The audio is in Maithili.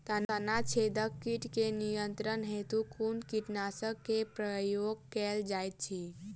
तना छेदक कीट केँ नियंत्रण हेतु कुन कीटनासक केँ प्रयोग कैल जाइत अछि?